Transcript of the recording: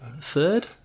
third